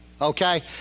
Okay